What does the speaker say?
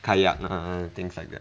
kayak uh and things like that